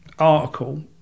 article